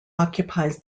occupies